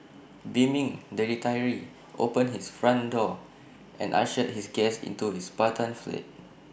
beaming the retiree opened his front door and ushered his guest into his Spartan flat